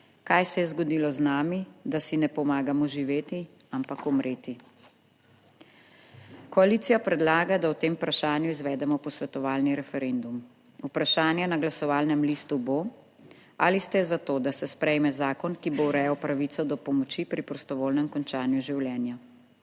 Kaj se je zgodilo z nami, da si ne pomagamo živeti, ampak umreti? Koalicija predlaga, da o tem vprašanju izvedemo posvetovalni referendum. Vprašanje na glasovalnem listu bo: Ali ste za to, da se sprejme zakon, ki bo urejal pravico do pomoči pri prostovoljnem končanju življenja.